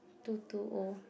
too too old